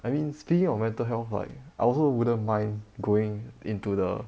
I mean speaking of mental health right I also wouldn't mind going into the